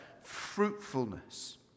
fruitfulness